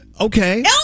Okay